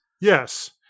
Yes